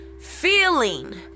feeling